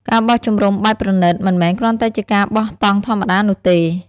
ការបោះជំរំបែបប្រណីត មិនមែនគ្រាន់តែជាការបោះតង់ធម្មតានោះទេ។